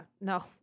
No